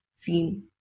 theme